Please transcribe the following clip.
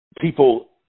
people